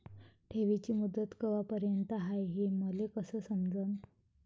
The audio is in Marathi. ठेवीची मुदत कवापर्यंत हाय हे मले कस समजन?